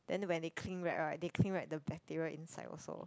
then when they cling wrap right they cling wrap the bacteria inside also